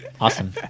Awesome